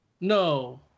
No